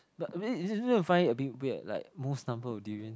but find a bit bit like most number of durian